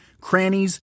crannies